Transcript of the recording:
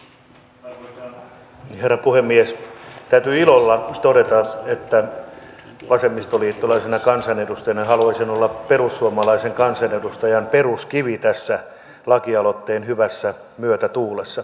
täytyy ilolla todeta että vasemmistoliittolaisena kansanedustajana haluaisin olla perussuomalaisen kansanedustajan peruskivi tässä lakialoitteen hyvässä myötätuulessa